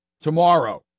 tomorrow